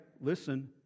listen